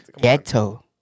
ghetto